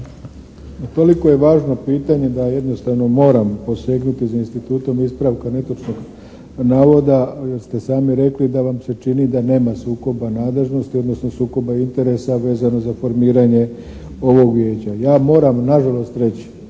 Toliko je važno pitanje da jednostavno moram posegnuti za institutom ispravka netočnog navoda, jer ste sami rekli da vam se čini da nema sukoba nadležnosti, odnosno sukoba interesa vezano za formiranje ovog vijeća. Ja moram nažalost reći,